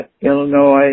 Illinois